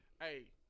Hey